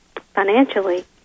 financially